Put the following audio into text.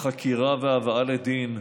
החקירה וההבאה לדין,